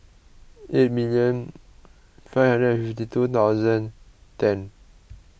eight million five hundred and fifty two thousand ten